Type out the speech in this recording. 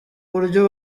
uburyo